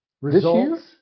results